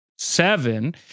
Seven